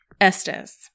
Estes